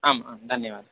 आम् आं धन्यवादः